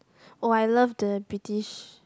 oh I love the British